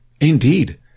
Indeed